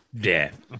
Death